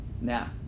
Now